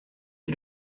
est